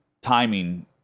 timing